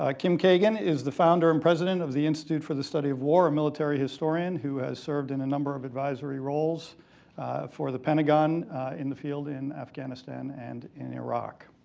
ah kim kagan is the founder and president of the institute for the study of war, a military historian who has served in a number of advisory roles for the pentagon in the field in afghanistan and in iraq.